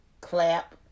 clap